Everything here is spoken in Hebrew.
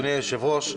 אדוני היושב-ראש,